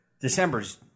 December's –